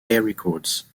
records